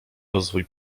rozwój